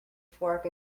fork